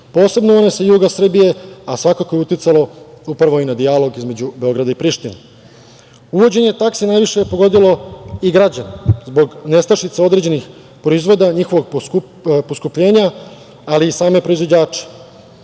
Posebno one sa juga Srbije, a svakako je uticalo, upravo i na dijalog između Beograda i Prištine. Uvođenje takse najviše je pogodilo i građane zbog nestašice određenih proizvoda, njihovog poskupljenja, ali i same proizvođače.